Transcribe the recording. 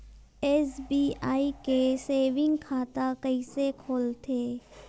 SBI के saving खाता कइसे खोलथे?